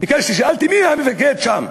ביקשתי, שאלתי: מי המפקד שם?